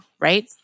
Right